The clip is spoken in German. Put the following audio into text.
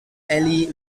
ali